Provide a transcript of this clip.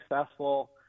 successful